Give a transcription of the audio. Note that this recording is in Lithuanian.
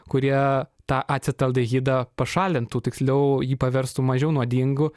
kurie tą acetaldehidą pašalintų tiksliau jį paverstų mažiau nuodingu